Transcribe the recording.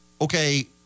okay